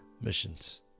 Missions